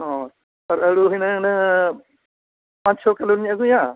ᱦᱳᱭ ᱟᱨ ᱟᱹᱞᱩ ᱦᱩᱱᱟᱹᱜ ᱯᱟᱸᱪ ᱪᱷᱚ ᱠᱤᱞᱳ ᱦᱩᱱᱟᱹᱝ ᱞᱤᱧ ᱟᱹᱜᱩᱭᱟ